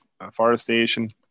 forestation